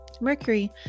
Mercury